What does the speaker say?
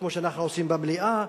כמו שאנחנו עושים במליאה,